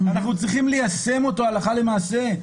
אנחנו צריכים ליישם אותו הלכה למעשה,